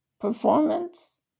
performance